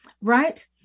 right